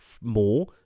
more